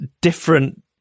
different